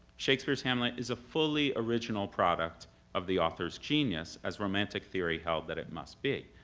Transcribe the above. shakespeare's hamlet is a fully original product of the author's genius, as romantic theory held that it must be.